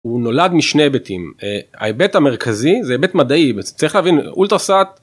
הוא נולד משני היבטים: ההיבט המרכזי זה היבט מדעי. צריך להבין: אולטרסאט...